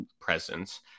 presence